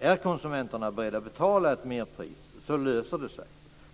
Är konsumenterna beredda att betala ett merpris löser sig